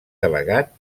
delegat